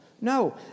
No